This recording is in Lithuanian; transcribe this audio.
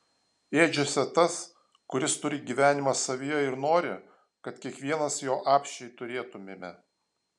ėdžiose tas kuris turi gyvenimą savyje ir nori kad kiekvienas jo apsčiai turėtumėme